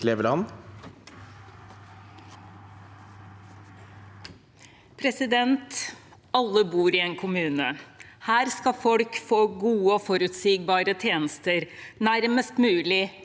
Alle bor i en kommune. Her skal folk få gode og forutsigbare tjenester nærmest mulig